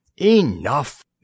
Enough